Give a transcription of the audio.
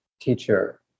teacher